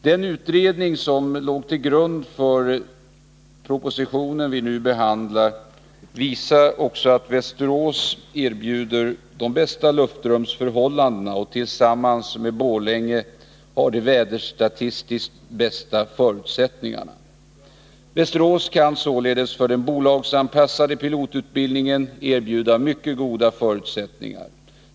Den utredning som ligger till grund för den proposition som vi nu behandlar visar också att Västerås erbjuder de bästa luftrumsförhållandena och tillsammans med Borlänge har de väderstatistiskt bästa förutsättningarna. Västerås kan således för den bolagsanpassade pilotutbildningen erbjuda mycket goda förutsättningar.